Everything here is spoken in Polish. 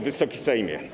Wysoki Sejmie!